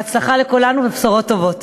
בהצלחה לכולנו ובשורות טובות.